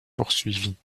poursuivis